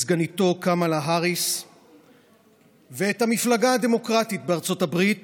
סגניתו קמלה האריס ואת המפלגה הדמוקרטית בארצות הברית